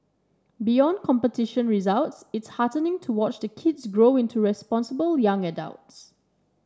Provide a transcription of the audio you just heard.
beyond competition results it is heartening to watch the kids grow into responsible young adults